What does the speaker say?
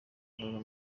arara